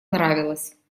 нравилась